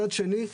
מצד שני,